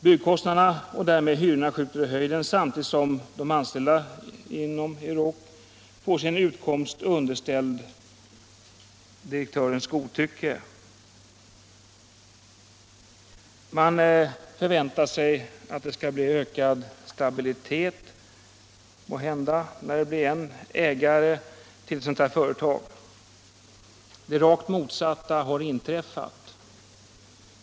Byggkostnaderna och därmed hyrorna skjuter i höjden samtidigt som de anställda inom Euroc får sin utkomst underställd direktörens godtycke. Man förväntar sig måhända ökad stabilitet när det blir en enda ägare till ett sådant här företag. Det rakt motsatta har inträffat.